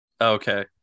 Okay